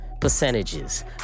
Percentages